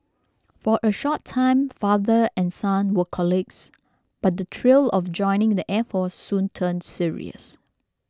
for a short time father and son were colleagues but the thrill of joining the air force soon turned serious